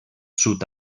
sud